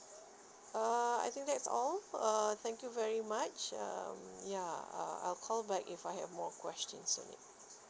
uh I think that's all uh thank you very much um ya uh I 'll call back if I have more questions on it